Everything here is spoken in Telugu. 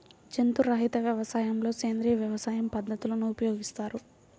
జంతు రహిత వ్యవసాయంలో సేంద్రీయ వ్యవసాయ పద్ధతులను ఉపయోగిస్తారు